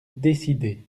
décidé